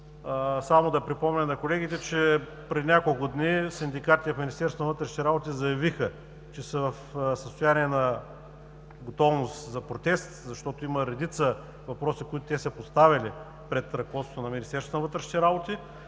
Само да припомня на колегите, че преди няколко дни синдикатите в Министерството на вътрешните работи заявиха, че са в състояние на готовност за протест, защото има редица въпроси, които са поставили пред ръководството на Министерството на вътрешните работи